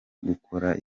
gukora